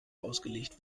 ausgelegt